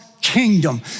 kingdom